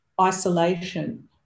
isolation